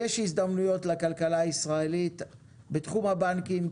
יש הזדמנויות לכלכלה הישראלית בתחום הבנקים,